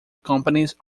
companies